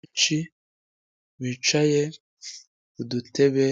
Abantu benshi bicaye udutebe